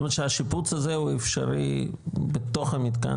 זאת אומרת שהשיפוץ הזה הוא אפשרי בתוך המתקן